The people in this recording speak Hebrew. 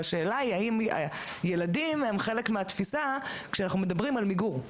והשאלה היא אם ילדים הם חלק מהתפיסה כשאנחנו מדברים על מיגור,